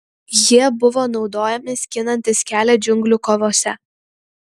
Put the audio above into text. jie buvo naudojami skinantis kelią džiunglių kovose